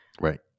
Right